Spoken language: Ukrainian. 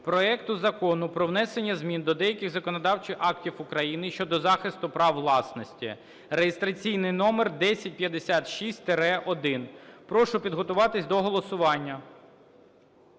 проекту Закону про внесення змін до деяких актів України щодо захисту права власності (реєстраційний номер 1056-1). Прошу підготуватись до голосування.